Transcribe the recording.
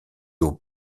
aux